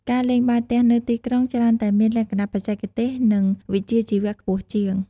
ការលេងបាល់ទះនៅទីក្រុងច្រើនតែមានលក្ខណៈបច្ចេកទេស និងវិជ្ជាជីវៈខ្ពស់ជាង។